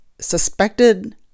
suspected